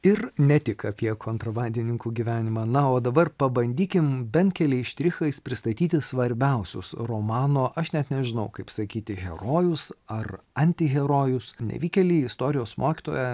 ir ne tik apie kontrabandininkų gyvenimą na o dabar pabandykim bent keliais štrichais pristatyti svarbiausius romano aš net nežinau kaip sakyti herojus ar antiherojus nevykėlį istorijos mokytoją